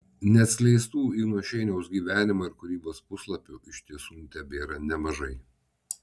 neatskleistų igno šeiniaus gyvenimo ir kūrybos puslapių iš tiesų tebėra nemažai